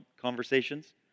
conversations